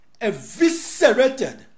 eviscerated